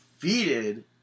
defeated